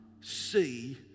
see